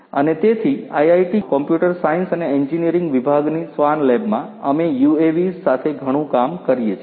અને તેથી આઈઆઈટી ખડગપુરમાં કોમ્પ્યુટર સાઈન્સ અને એન્જીનીયરીંગ વિભાગની સ્વાન લેબમાં અમે UAVs સાથે ઘણું કામ કરીએ છીએ